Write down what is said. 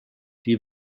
die